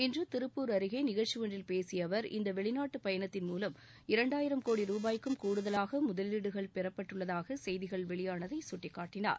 இன்றுதிருப்பூர் அருகேநிகழ்ச்சிஒன்றில் பேசியஅவர் இந்தவெளிநாட்டுபயணத்தின் இரண்டாயிரம் கோடி மூலம் ரூபாய்க்கும் கூடுதலாகமுதலீடுகள் பெறப்பட்டுள்ளதாகசெய்திகள் வெளியானதைசுட்டிக்காட்டினார்